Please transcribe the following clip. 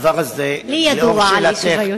הדבר הזה, לי ידוע על אי-שוויון.